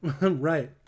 right